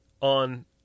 on